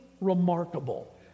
remarkable